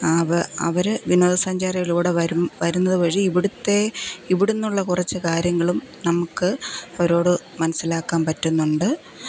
ആവ് അവർ വിനോദസഞ്ചാരികൾ ഇവിടെ വരും വരുന്നതു വഴി ഇവിടുത്തെ ഇവിടെ നിന്നുള്ള കുറച്ചു കാര്യങ്ങളും നമുക്ക് അവരോടു മനസ്സിലാക്കാൻ പറ്റുന്നുണ്ട്